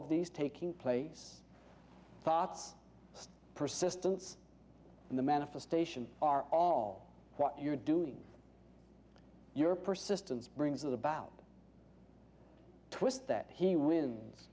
of these taking place thoughts persistence in the manifestation are all what you're doing your persistence brings about twist that he wins